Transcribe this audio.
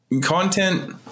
content